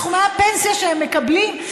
מסכומי הפנסיה שהם מקבלים,